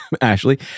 Ashley